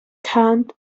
chant